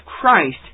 Christ